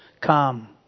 come